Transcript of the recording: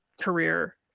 career